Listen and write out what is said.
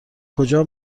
کجا